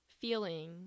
feeling